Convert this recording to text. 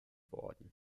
worden